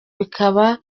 bikaba